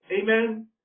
Amen